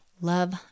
love